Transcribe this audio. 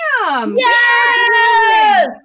Yes